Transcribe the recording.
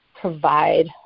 provide